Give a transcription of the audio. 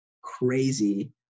crazy